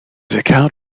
account